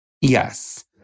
Yes